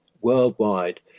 worldwide